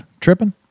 tripping